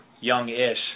young-ish